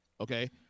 Okay